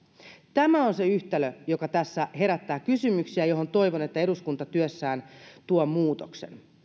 tämä on se yhtälö joka tässä herättää kysymyksiä ja johon toivon että eduskunta työssään tuo muutoksen